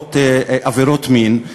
נפגעות עבירות מין,